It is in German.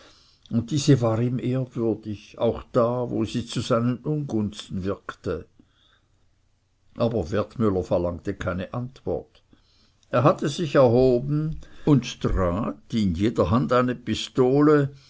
und diese war ihm ehrwürdig auch da wo sie zu seinen ungunsten wirkte aber wertmüller verlangte keine antwort er hatte sich erhoben und trat in jeder hand eine pistole